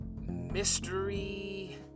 Mystery